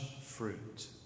fruit